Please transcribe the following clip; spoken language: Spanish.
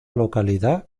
localidad